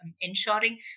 ensuring